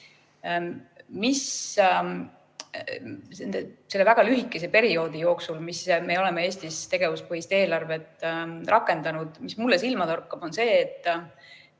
Mis selle väga lühikese perioodi jooksul, kui me oleme Eestis tegevuspõhist eelarvet rakendanud, mulle silma on torganud, on see, et